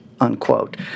Unquote